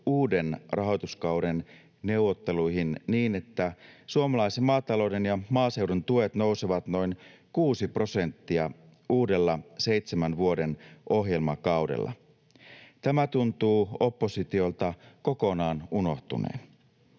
uuden rahoituskauden neuvotteluihin niin, että suomalaisen maatalouden ja maaseudun tuet nousevat noin kuusi prosenttia uudella seitsemän vuoden ohjelmakaudella. Tämä tuntuu oppositiolta kokonaan unohtuneen.